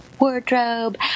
wardrobe